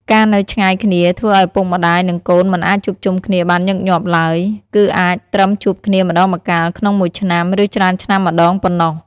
ការនៅឆ្ងាយគ្នាធ្វើឱ្យឪពុកម្ដាយ និងកូនមិនអាចជួបជុំគ្នាបានញឹកញាប់ឡើយ គឺអាចត្រឹមជួបគ្នាម្ដងម្កាលក្នុងមួយឆ្នាំ ឬច្រើនឆ្នាំម្ដងប៉ុណ្ណោះ។